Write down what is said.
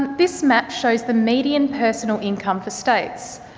this map shows the median personal income for states.